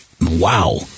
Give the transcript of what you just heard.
wow